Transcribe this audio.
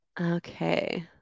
okay